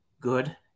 good